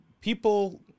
people